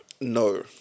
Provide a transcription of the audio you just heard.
No